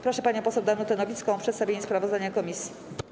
Proszę panią poseł Danutę Nowicką o przedstawienie sprawozdania komisji.